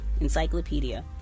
encyclopedia